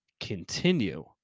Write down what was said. continue